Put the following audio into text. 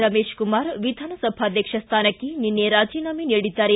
ರಮೇಶ್ ಕುಮಾರ್ ವಿಧಾನಸಭಾಧ್ಯಕ್ಷ ಸ್ಥಾನಕ್ಕೆ ನಿನ್ನೆ ರಾಜೀನಾಮೆ ನೀಡಿದ್ದಾರೆ